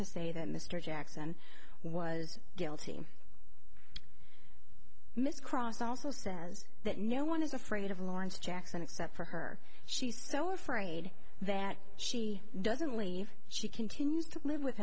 to say that mr jackson was guilty miss krause also says that no one is afraid of lawrence jackson except for her she's so afraid that she doesn't leave she continues to live with